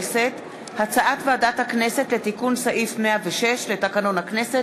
הצעת ועדת הכנסת לתיקון סעיף 106 לתקנון הכנסת,